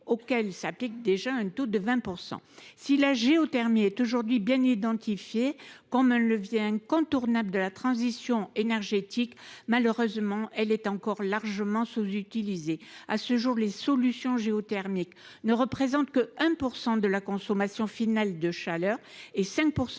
actuellement le taux de 20 %. Si la géothermie est aujourd’hui bien identifiée comme un levier incontournable de la transition énergétique, elle est encore, hélas ! largement sous utilisée. À ce jour, les solutions géothermiques ne représentent que 1 % de la consommation finale de chaleur et 5